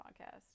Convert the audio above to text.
Podcast